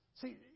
See